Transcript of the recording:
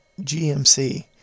GMC